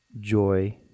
joy